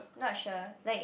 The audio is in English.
not sure like